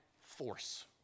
force